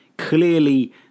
clearly